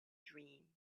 dream